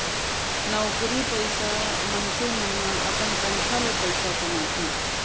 नउकरी पइसा मनसे मन ह अपन तनखा ले पइसा कमाथे